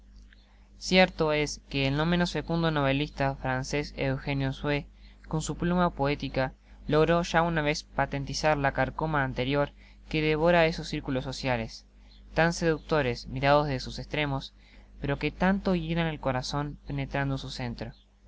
cierto es que el no menos fecundo novelista francés eugenio sue con su pluma poética logró ya una vez patentizar la carcoma anterior que devora esos circulos sociales tan seductores mirados desde sus estrenaos pero que tanto hielan al corazon penetrando en su centro